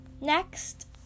next